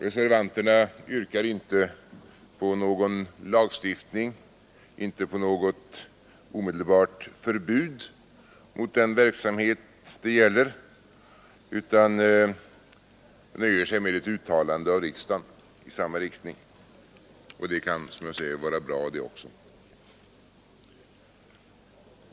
Reservanterna yrkar inte på någon lagstiftning, inte på något omedelbart förbud mot den verksamhet det gäller, utan nöjer sig med ett uttalande av riksdagen i samma riktning, och det kan som sagt vara bra det också.